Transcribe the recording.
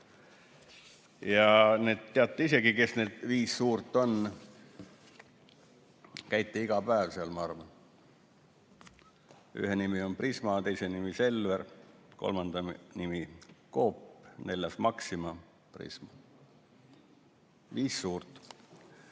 suurt. Teate isegi, kes need viis suurt on, käite iga päev seal, ma arvan. Ühe nimi on Prisma, teise nimi on Selver, kolmanda nimi on Coop, neljas on Maxima. Viis suurt.